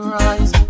rise